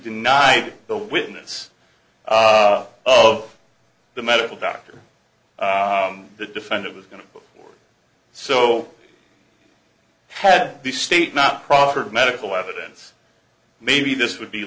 denied the witness of the medical doctor the defendant was going to be so had the state not proper medical evidence maybe this would be